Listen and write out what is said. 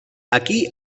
aquí